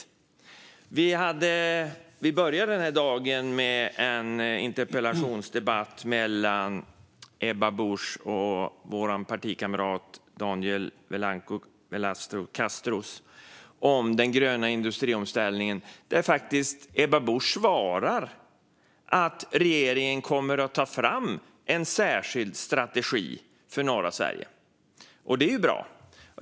Dagen här i kammaren började med en interpellationsdebatt mellan Ebba Busch och vår partikamrat Daniel Vencu Velasquez Castro om den gröna industriomställningen, där Ebba Busch faktiskt svarade att regeringen kommer att ta fram en särskild strategi för norra Sverige. Det är ju bra.